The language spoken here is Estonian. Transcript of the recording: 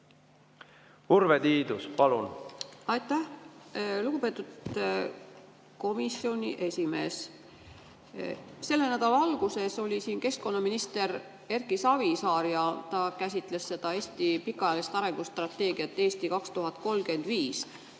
asjatundjaid? Aitäh! Lugupeetud komisjoni esimees! Selle nädala alguses oli siin keskkonnaminister Erki Savisaar ja ta käsitles Eesti pikaajalist arengustrateegiat "Eesti 2035".